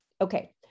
Okay